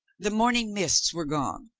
the morning mists were gone.